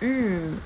mm